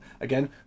again